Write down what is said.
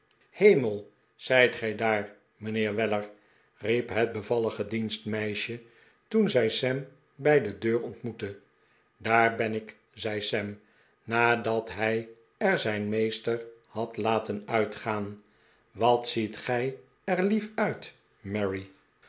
hemel zijt gij daar mijnheer weller riep het bevallige dienstmeisje toen zij sam bij de deur ontmoette daar ben ik zei sam nadat hij er zijn meester had laten uitgaam wat ziet gij er lief uit